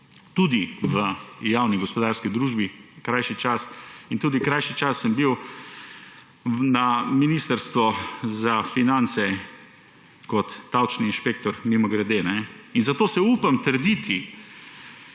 tudi v javni gospodarski družbi krajši čas, in tudi krajši čas sem bil na Ministrstvu za finance kot davčni inšpektor, mimogrede, in zato si upam trditi,